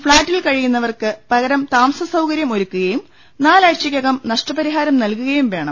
ഫ്ളാറ്റിൽ കഴിയുന്നവർക്ക് പകരം താമസ സൌകരൃം ഒരുക്കുകയും നാലാഴ്ചക്കകം നഷ്ടപരിഹാരം നൽകുകയും വേണം